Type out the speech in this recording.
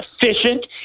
efficient